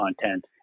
content